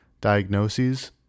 diagnoses